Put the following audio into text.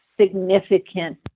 significant